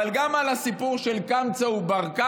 אבל גם על הסיפור של קמצא ובר-קמצא,